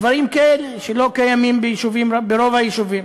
דברים כאלה שלא קיימים ברוב היישובים